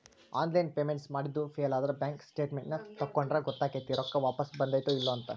online payments ಮಾಡಿದ್ದು ಫೇಲಾದ್ರ bank statements ತಕ್ಕೊಂಡ್ರ ಗೊತ್ತಕೈತಿ ರೊಕ್ಕಾ ವಾಪಸ್ ಬಂದೈತ್ತೋ ಇಲ್ಲೋ ಅಂತ